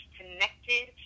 connected